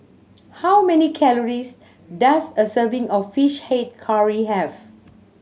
how many calories does a serving of Fish Head Curry have